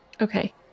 Okay